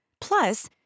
Plus